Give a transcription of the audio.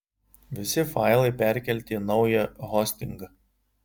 visi failai perkelti į naują hostingą